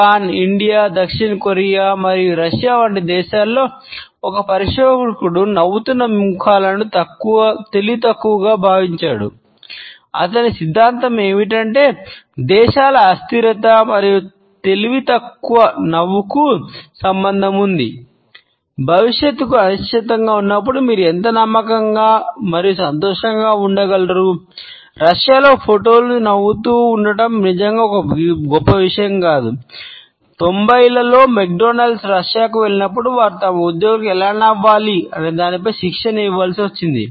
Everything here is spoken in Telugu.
జపాన్ వెళ్ళినప్పుడు వారు తమ ఉద్యోగులకు ఎలా నవ్వాలి అనే దానిపై శిక్షణ ఇవ్వవలసి వచ్చింది